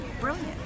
brilliant